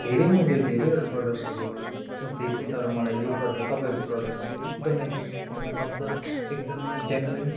धेरै मैले धेरैवटा प्रोडक्टहरू देखेँ तर मलाई यो प्रोडक्ट तपाईँहरूको प्रोडक्ट चाहिँ एकदमै एकदमै असल एकदमै जेन्युन